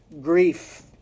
grief